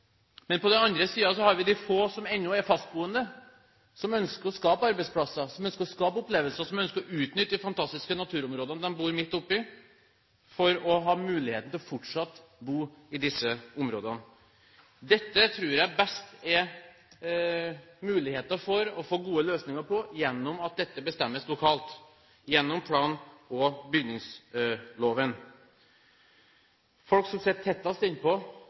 Men på den andre siden har vi de få som ennå er fastboende, som ønsker å skape arbeidsplasser, som ønsker å skape opplevelser, og som ønsker å utnytte de fantastiske naturområdene de bor midt oppe i, for å ha muligheten til fortsatt å bo i disse områdene. Det tror jeg det er størst mulighet for å få gode løsninger på gjennom at dette bestemmes lokalt gjennom plan- og bygningsloven. Folk som er tettest